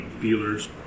dealers